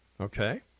Okay